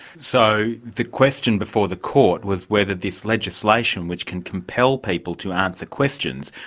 so the question before the court was whether this legislation, which can compel people to answer questions,